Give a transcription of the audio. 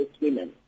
women